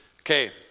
Okay